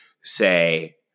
say